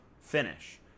finish